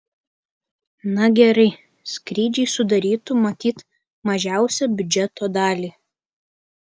na gerai skrydžiai sudarytų matyt mažiausią biudžeto dalį